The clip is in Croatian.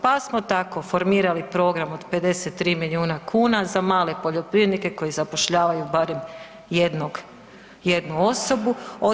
Pa smo tako formirali program od 53 milijuna kuna za male poljoprivrednike koji zapošljavaju barem jednog, jednu osobu.